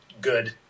good